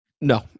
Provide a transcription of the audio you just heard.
No